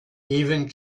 even